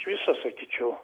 iš viso sakyčiau